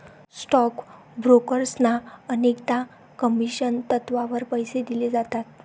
stock ब्रोकर्सना अनेकदा commission तत्त्वावर पैसे दिले जातात